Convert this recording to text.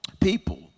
people